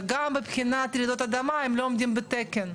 וגם מבחינת רעידות אדמה הם לא עומדים בתקן.